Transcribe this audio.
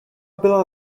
byla